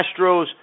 Astros